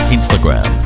Instagram